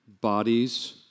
bodies